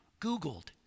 Googled